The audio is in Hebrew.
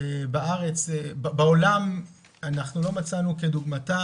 בעולם אנחנו לא מצאנו כדוגמתה,